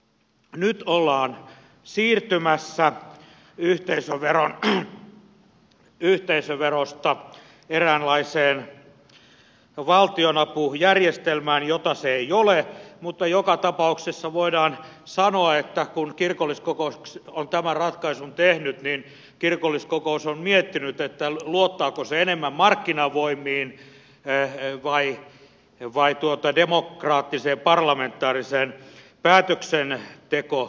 nyt ollaan siirtymässä yhteisöverosta eräänlaiseen valtionapujärjestelmään jota se ei ole mutta joka tapauksessa voidaan sanoa että kun kirkolliskokous on tämän ratkaisun tehnyt niin kirkolliskokous on miettinyt luottaako se enemmän markkinavoimiin vai demokraattiseen parlamentaariseen päätöksentekojärjestelmään